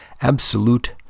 Absolute